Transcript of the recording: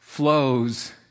flows